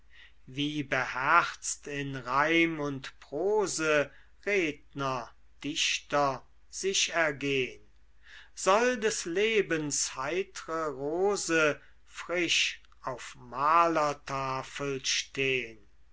wie beherzt in reim und prose redner dichter sich ergehn soll des lebens heitre rose frisch auf malertafel stehn